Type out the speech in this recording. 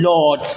Lord